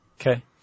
Okay